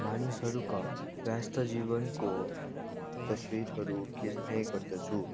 मानिसहरूका व्यस्त जीवनको तस्विरहरू खिच्ने गर्दछु